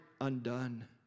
undone